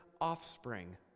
offspring